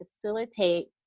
facilitate